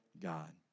God